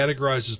categorizes